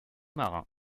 marins